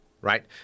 right